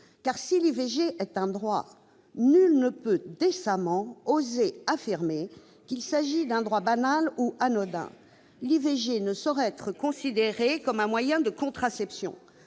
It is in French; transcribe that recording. Si l'IVG est un droit, nul ne peut décemment oser affirmer qu'il s'agit d'un droit banal ou anodin. L'IVG ne saurait être considérée comme un moyen de contraception.